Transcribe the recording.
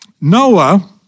Noah